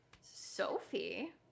Sophie